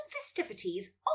festivities